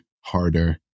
harder